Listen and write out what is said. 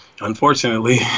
unfortunately